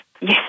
yes